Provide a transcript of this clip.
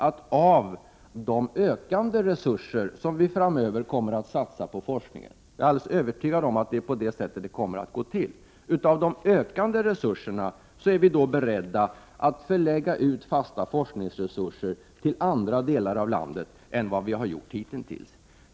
Av de ökande resurser som vi framöver kommer att satsa på forskningen — jag är alldeles övertygad om att det är på det sättet det kommer att gå till — är vi beredda att lägga ut fasta forskningsresurser till andra delar av landet än vad vi har gjort hitintills.